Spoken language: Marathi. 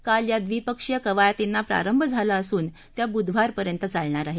काल या द्विपक्षीय कवायतींना प्रारंभ झाला असून त्या बुधवार पर्यंत चालणार आहेत